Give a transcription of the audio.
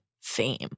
fame